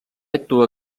actua